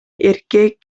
эркек